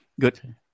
good